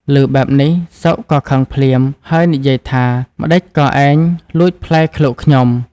ឮបែបនេះ សុខក៏ខឹងភ្លាម ហើយនិយាយថា “ម្តេចក៏ឯងលួចផ្លែឃ្លោកខ្ញុំ?”។